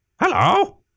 Hello